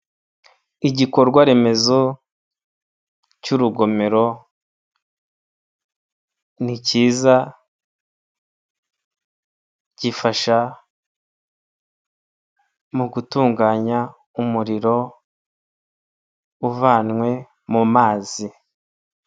Igikorwa remezo cy'urugomero ni kiza, gifasha mu gutunganya umuriro uvanywe mu mazi.